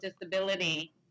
disability